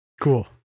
Cool